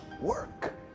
work